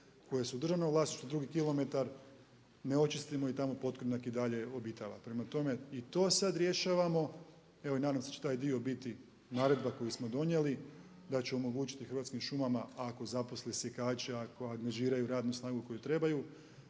koje su u državnom vlasništvu, drugi kilometar ne očistimo i tamo potkornjak i dalje obitava. Prema tome i to sad rješavamo evo i nadam se da će taj dio biti, naredba koju smo donijeli da će omogućiti Hrvatskim šumama ako zaposli sjekača, ako angažiraju radnu snagu koju trebaju